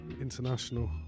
International